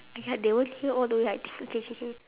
!aiya! they won't hear all the way I think K K K